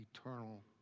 eternal